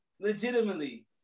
legitimately